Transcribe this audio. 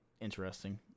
Interesting